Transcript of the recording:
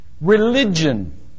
religion